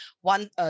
one